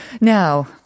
Now